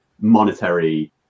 monetary